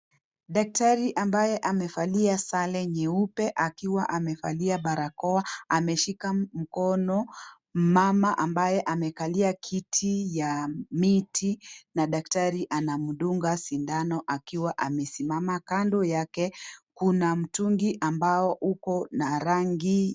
Daktari ambaye amevalia sare nyeupe, akiwa amevalia barakoa, ameshika mkono mama ambaye amekalia kiti ya miti na daktari anamdunga sindano akiwa amesimama. Kando yake kuna mitungi ambayo uko na rangi.